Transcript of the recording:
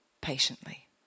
patiently